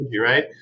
right